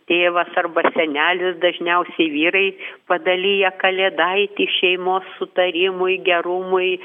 tėvas arba senelis dažniausiai vyrai padalija kalėdaitį šeimos sutarimui gerumui